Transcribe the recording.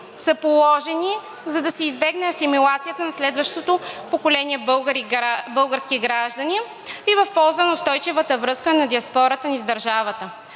са положени, за да се избегне асимилацията на следващото поколение български граждани и в полза на устойчивата връзка на диаспората ни с държавата.